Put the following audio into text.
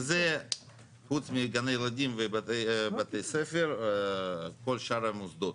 חוץ מגני ילדים ובתי ספר, כל שאר המוסדות.